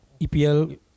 EPL